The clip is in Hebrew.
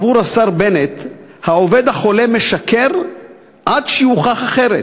עבור השר בנט, העובד החולה משקר עד שיוכח אחרת.